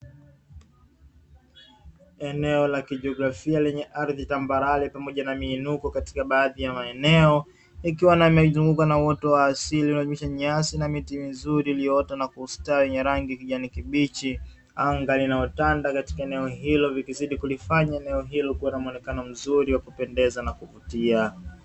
Eneo la kijiografia lenye ardhi tambarare pamoja na miinuko katika baadhi ya maeneo, ikiwa nimeizunguka na uote wa asili unajumuisha nyasi na miti mizuri iliyoota na kustawi yenye rangi ya kijani kibichi, anga linaotanda katika eneo hilo vikizidi kulifanya eneo hilo kuwa na muonekano mzuri wa kupendeza na kuvutia.